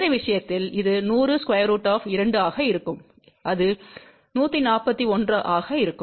அந்த விஷயத்தில் இது 100√2 ஆக இருக்கும் அது 141 ஆக இருக்கும்